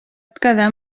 quedar